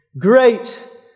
Great